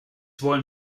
wollen